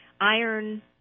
iron